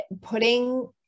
putting